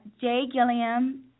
jGilliam